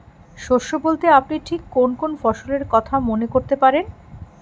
শস্য বলতে আপনি ঠিক কোন কোন ফসলের কথা মনে করতে পারেন?